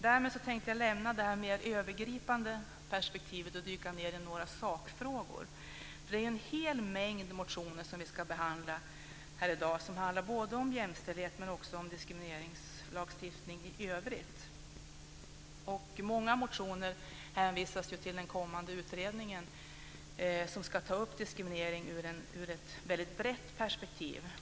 Därmed tänkte jag lämna det mer övergripande perspektivet och dyka ned i några sakfrågor. Det är nämligen en hel mängd motioner som vi ska behandla här i dag och som handlar både om jämställdhet och om diskrimineringslagstiftning i övrigt. Många motioner hänvisas till den kommande utredningen som ska ta upp diskriminering ur ett väldigt brett perspektiv.